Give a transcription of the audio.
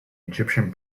egyptian